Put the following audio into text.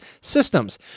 systems